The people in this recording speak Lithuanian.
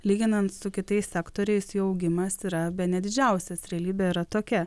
lyginant su kitais sektoriais jų augimas yra bene didžiausias realybė yra tokia